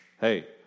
Hey